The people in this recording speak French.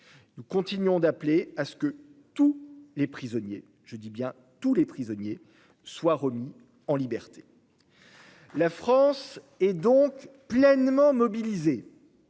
Nous continuons d'appeler à ce que tous les prisonniers- je dis bien tous ! -soient remis en liberté. La France est donc pleinement mobilisée